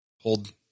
hold